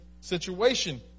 situation